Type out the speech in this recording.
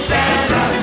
Santa